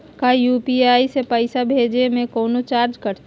का यू.पी.आई से पैसा भेजे में कौनो चार्ज कटतई?